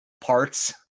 parts